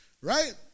right